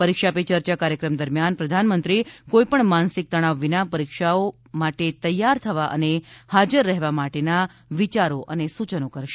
પરીક્ષા પે ચર્ચા કાર્યક્રમ દરમિયાન પ્રધાનમંત્રી કોઈપણ માનસિક તનાવ વિના પરીક્ષાઓ માટે તૈયાર થવા અને હાજર રહેવા માટેના વિચારો અને સૂચનો કરશે